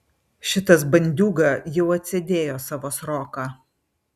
šitas bandiūga jau atsėdėjo savo sroką